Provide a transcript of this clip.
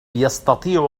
يستطيع